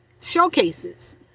showcases